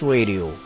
Radio